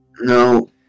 No